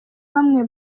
bamwe